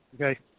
Okay